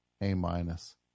A-minus